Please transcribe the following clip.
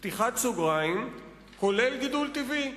(כולל גידול טבעי).